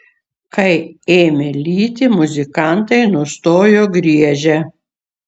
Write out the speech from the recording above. kai ėmė lyti muzikantai nustojo griežę